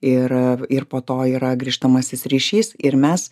ir ir po to yra grįžtamasis ryšys ir mes